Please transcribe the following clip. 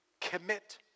commit